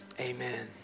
amen